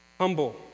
humble